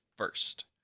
First